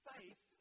Faith